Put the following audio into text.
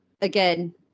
again